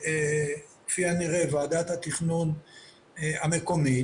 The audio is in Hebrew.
כפי הנראה, ככל שוועדת התכנון המקומית